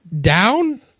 down